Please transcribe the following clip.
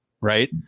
right